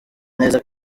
neza